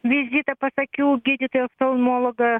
vizitą pas akių gydytoją oftalmologą